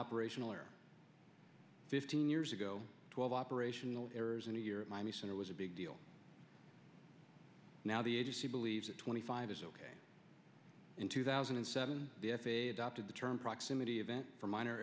operational or fifteen years ago twelve operational errors and here in miami center was a big deal now the agency believes that twenty five is ok in two thousand and seven the f a a adopted the term proximity event for minor